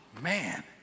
man